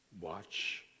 Watch